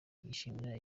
yishimira